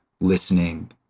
listening